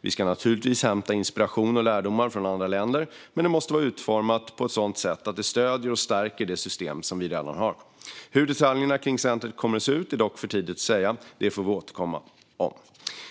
Vi ska naturligtvis hämta inspiration och lärdomar från andra länder, men det måste vara utformat på ett sådant sätt att det stöder och stärker det system som vi redan har. Hur detaljerna kring centret kommer att se ut är dock för tidigt att säga. Det får vi återkomma om.